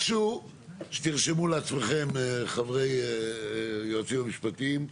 זה משהו שתרשמו לעצמכם, חברי, היועצים המשפטיים.